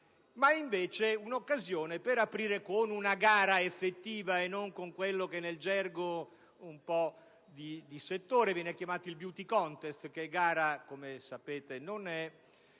creando un'occasione per aprire una gara effettiva, e non con quello che nel gergo un po' di settore viene chiamato *beauty contest*, che gara - come sapete - non è;